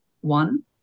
one